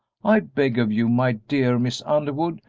i beg of you, my dear miss underwood,